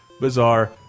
bizarre